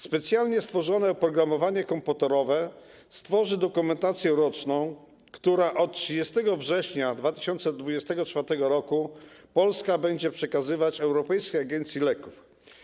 Specjalnie stworzone oprogramowanie komputerowe stworzy dokumentację roczną, którą od 30 września 2024 r. Polska będzie przekazywać Europejskiej Agencji Leków.